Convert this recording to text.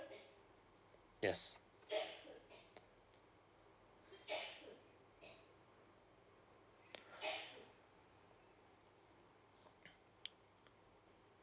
yes